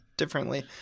Differently